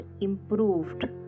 improved